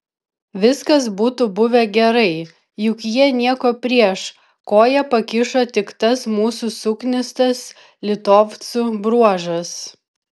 viskas būtų buvę gerai juk jie nieko prieš koją pakišo tik tas mūsų suknistas litovcų bruožas